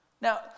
Now